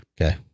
Okay